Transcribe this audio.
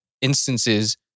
instances